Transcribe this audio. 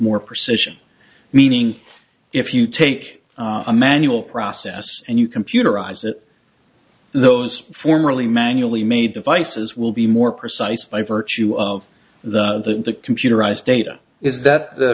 more precision meaning if you take a manual process and you computerized that those formerly manually made devices will be more precise by virtue of the computerized data is that the